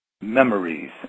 memories